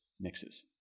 mixes